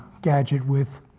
gadget with